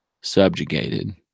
subjugated